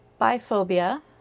Biphobia